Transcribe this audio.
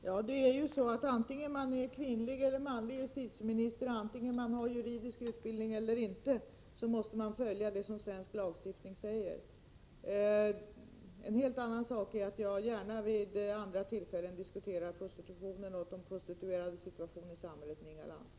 Herr talman! Oavsett om man är kvinnlig eller manlig justitieminister och oavsett om man har juridisk utbildning eller inte måste man följa det som anges i svensk lagstiftning. En helt annan sak är att jag gärna vid andra tillfällen diskuterar med Inga Lantz när det gäller prostitutionen och de prostituerades situation i samhället.